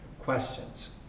questions